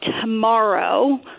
tomorrow